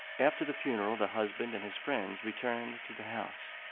after the funeral the husband and his friends returned to the house,